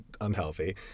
unhealthy